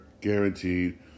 guaranteed